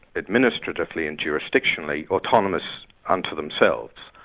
administratively and jurisdictionally, autonomous unto themselves,